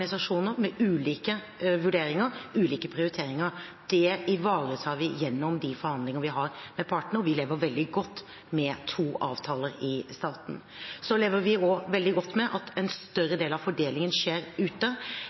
ulike prioriteringer. Det ivaretar vi gjennom de forhandlinger vi har med partene, og vi lever veldig godt med to avtaler i staten. Vi lever også veldig godt med at en større del av fordelingen skjer ute.